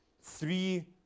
three